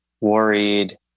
worried